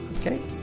Okay